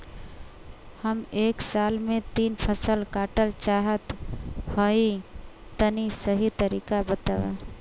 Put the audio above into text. हम एक साल में तीन फसल काटल चाहत हइं तनि सही तरीका बतावा?